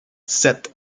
sept